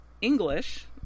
English